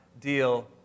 deal